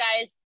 guys